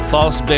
False